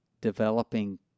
developing